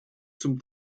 zum